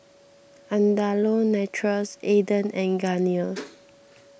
Andalou Naturals Aden and Garnier